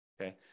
okay